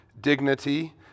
dignity